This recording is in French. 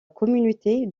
communauté